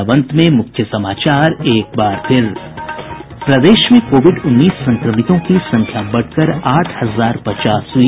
और अब अंत में मुख्य समाचार प्रदेश में कोविड उन्नीस संक्रमितों की संख्या बढ़कर आठ हजार पचास हुई